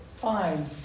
fine